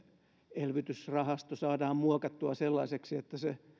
elvytysrahasto saadaan muokattua sellaiseksi että se